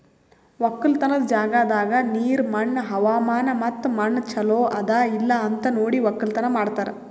ಒಕ್ಕಲತನದ್ ಜಾಗದಾಗ್ ನೀರ, ಮಣ್ಣ, ಹವಾಮಾನ ಮತ್ತ ಮಣ್ಣ ಚಲೋ ಅದಾ ಇಲ್ಲಾ ಅಂತ್ ನೋಡಿ ಒಕ್ಕಲತನ ಮಾಡ್ತಾರ್